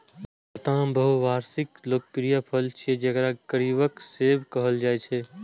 लताम बहुवार्षिक लोकप्रिय फल छियै, जेकरा गरीबक सेब कहल जाइ छै